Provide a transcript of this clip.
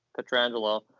Petrangelo